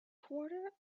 quarter